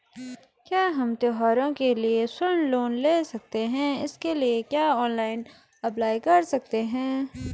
क्या हम त्यौहारों के लिए स्वर्ण लोन ले सकते हैं इसके लिए क्या ऑनलाइन अप्लाई कर सकते हैं?